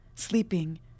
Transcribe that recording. sleeping